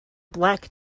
black